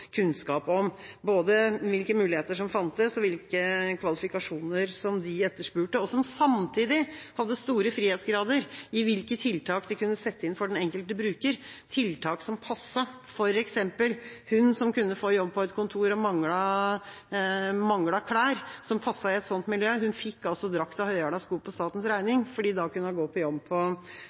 kunnskap om, både hvilke muligheter som fantes, og hvilke kvalifikasjoner de etterspurte. Samtidig hadde de store frihetsgrader i hvilke tiltak de kunne sette inn for den enkelte bruker, tiltak som passet, f.eks. hun som kunne få jobb på et kontor, men manglet klær som passet i et sånt miljø, som fikk drakt og høyhælte sko på statens regning, fordi hun da kunne gå på jobb på